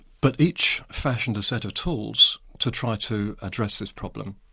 but each fashioned a set of tools to try to address this problem,